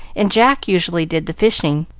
and jack usually did the fishing,